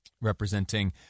representing